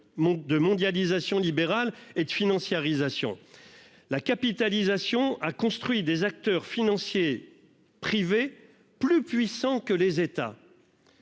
de mondialisation libérale et de financiarisation. La capitalisation a permis de construire des acteurs financiers privés plus puissants que les États.